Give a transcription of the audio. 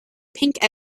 pink